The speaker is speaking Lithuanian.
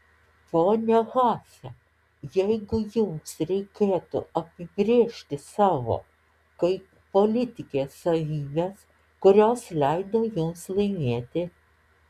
ponia haase jeigu jums reikėtų apibrėžti savo kaip politikės savybes kurios leido jums laimėti